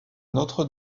notre